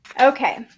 Okay